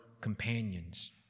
companions